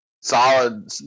Solid